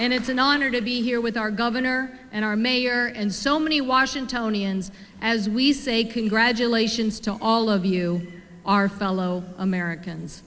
and it's an honor to be here with our governor and our mayor and so many washingtonians as we say congratulations to all of you our fellow americans